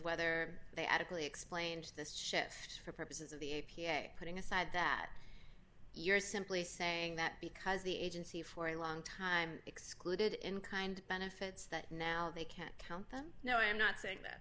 whether they adequately explained this shift for purposes of the a p a putting aside that you're simply saying that because the agency for a long time excluded in kind benefits that now they can't count them now i am not saying that